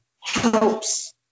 helps